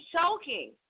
choking